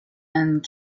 and